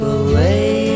away